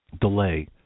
delay